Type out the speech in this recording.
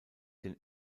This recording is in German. den